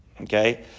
Okay